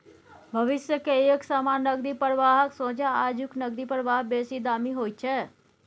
भविष्य के एक समान नकदी प्रवाहक सोंझा आजुक नकदी प्रवाह बेसी दामी होइत छै